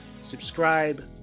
subscribe